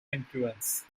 influence